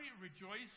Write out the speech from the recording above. rejoice